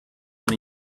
than